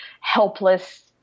helpless